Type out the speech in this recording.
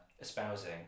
espousing